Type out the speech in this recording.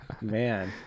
Man